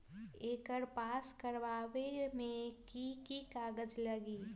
एकर पास करवावे मे की की कागज लगी?